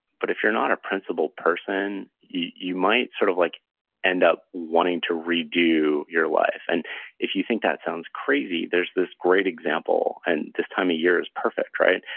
but if you're not a principle person, you might sort of like end up wanting to redo your life, and if you think that sounds crazy, there's this great example, and this time of year is perfect, right,